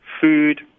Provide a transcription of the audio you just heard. food